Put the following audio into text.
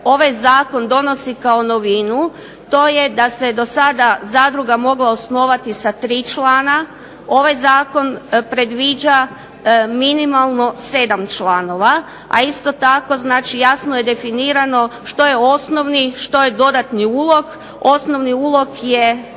ovaj zakon donosi kao novinu, to je da se do sada zadruga mogla osnovati sa tri člana, ovaj zakon predviđa minimalno 7 članova. A isto tako jasno je definirano što je osnovni što je dodatni ulog. Osnovi ulog je